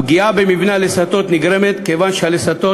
הפגיעה במבנה הלסתות נגרמת כיוון שהלסתות